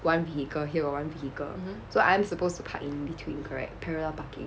one vehicle here got one vehicle so I'm supposed to park in between correct parallel parking